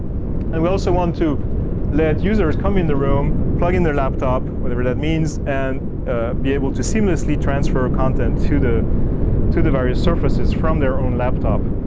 and we'll also want to let users come in the room, plug in their laptop, whatever that means and be able to seamlessly transfer contents to the to the various surfaces from their own laptop.